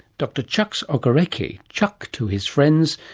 dr. chucks okereke, chuck to his friends,